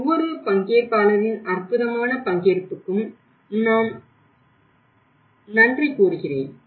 ஒவ்வொரு பங்கேற்பாளரின் அற்புதமான பங்கேற்புக்கும் நான் நன்றி கூறுகிறேன்